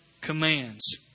commands